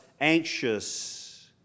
anxious